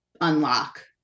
unlock